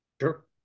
Sure